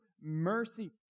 mercy